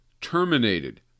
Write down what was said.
Terminated